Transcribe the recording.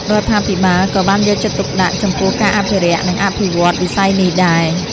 រដ្ឋាភិបាលក៏បានយកចិត្តទុកដាក់ចំពោះការអភិរក្សនិងអភិវឌ្ឍន៍វិស័យនេះដែរ។